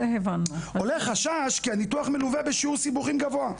עולה חשש כי הניתוח מלווה בשיעור סיבוכים גבוה.